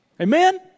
Amen